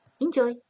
Enjoy